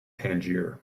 tangier